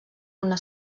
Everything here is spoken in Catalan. una